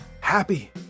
happy